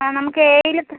ആ നമുക്ക് എയിൽ തന്നെ